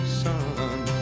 sun